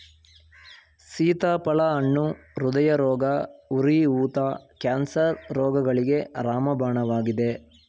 ಸೀತಾಫಲ ಹಣ್ಣು ಹೃದಯರೋಗ, ಉರಿ ಊತ, ಕ್ಯಾನ್ಸರ್ ರೋಗಗಳಿಗೆ ರಾಮಬಾಣವಾಗಿದೆ